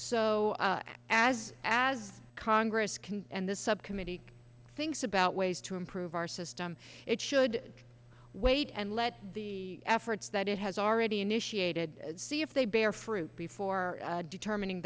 so as as congress can and this subcommittee thinks about ways to improve our system it should wait and let the efforts that it has already initiated see if they bear fruit before determining